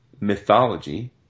mythology